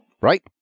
Right